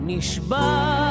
Nishba